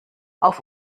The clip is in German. auf